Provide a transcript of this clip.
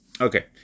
Okay